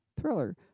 thriller